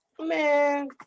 man